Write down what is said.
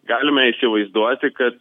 galime įsivaizduoti kad